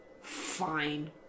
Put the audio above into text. Fine